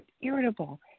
irritable